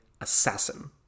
assassin